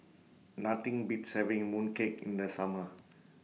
Nothing Beats having Mooncake in The Summer